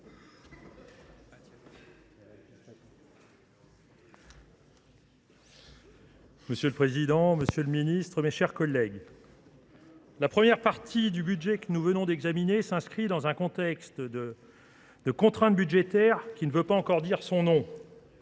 Monsieur le Président, Monsieur le Ministre, mes chers collègues. La première partie du budget que nous venons d'examiner s'inscrit dans un contexte de de contrainte budgétaire qui ne veut pas encore dire son nom.